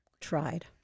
tried